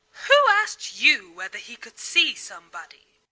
who asked you whether he could see somebody?